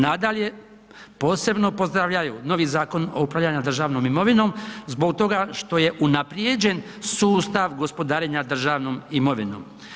Nadalje, posebno pozdravljaju novi zakon o upravljanju državnom imovinom zbog toga što je unaprijeđen sustav gospodarenja državnom imovinom.